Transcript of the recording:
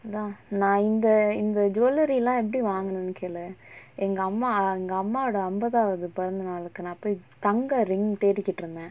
no நா இந்த இந்த:naa intha intha jewellery lah எப்டி வாங்கினனு கேள எங்க அம்மா எங்க அம்மாவோட அம்பதாவது பிறந்த நாளுக்கு நா போய் தங்க:eppdi vaanginanu kela enga amma enga ammavoda ambathaavathu pirantha naalukku naa poyi thanga ring தேடிகிட்டு இருந்த:thedikittu iruntha